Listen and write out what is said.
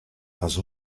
has